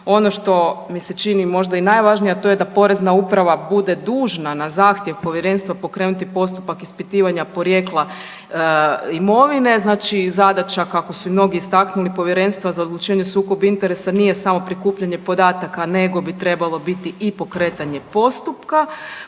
ono što mi se čini možda i najvažnije, a to je da porezna uprava bude dužna na zahtjev povjerenstva pokrenuti postupak ispitivanja porijekla imovine. Znači zadaća kako su i mnogi istaknuli Povjerenstva za odlučivanje o sukobu interesa nije samo prikupljanje podataka nego bi trebalo biti i pokretanje postupka,